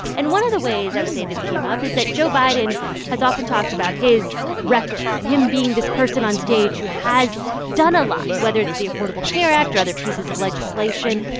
and one of the ways i would say this came up is that joe biden has often talked about his record and him being this person on stage who has done a lot, whether it's the affordable care act or other pieces of legislation.